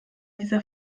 dieser